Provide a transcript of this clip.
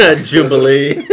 Jubilee